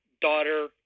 daughter